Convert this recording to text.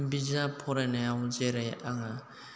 बिजाब फरायनायाव जेरै आङो